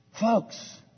Folks